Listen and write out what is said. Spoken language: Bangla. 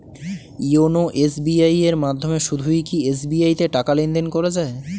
ইওনো এস.বি.আই এর মাধ্যমে শুধুই কি এস.বি.আই তে টাকা লেনদেন করা যায়?